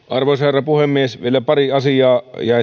arvoisa herra puhemies vielä pari asiaa jäi